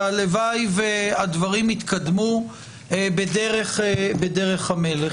והלוואי והדברים יתקדמו בדרך המלך,